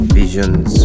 visions